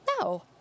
No